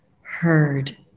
heard